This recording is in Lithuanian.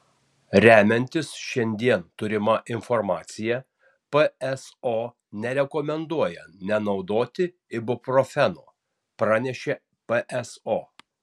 remiantis šiandien turima informacija pso nerekomenduoja nenaudoti ibuprofeno pranešė pso